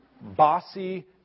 bossy